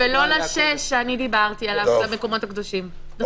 ולא ל-(6) שאני דיברתי עליו, של המקומות הקדושים.